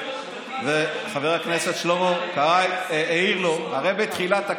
וחבר הכנסת שלמה קרעי העיר לו: הרי בתחילה,